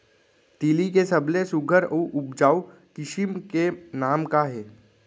तिलि के सबले सुघ्घर अऊ उपजाऊ किसिम के नाम का हे?